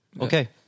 Okay